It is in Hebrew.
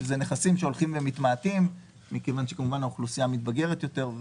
שאלה נכסים שהולכים ומתמעטים מכיוון שהאוכלוסייה מתבגרת יותר.